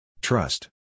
Trust